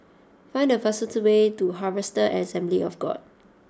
find the fastest way to Harvester Assembly of God